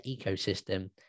ecosystem